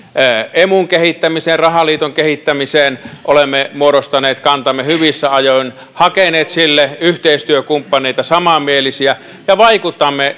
emun kehittämiseen ja rahaliiton kehittämiseen olemme muodostaneet kantamme hyvissä ajoin hakeneet sille yhteistyökumppaneita samanmielisiä ja vaikutamme